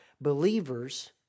believers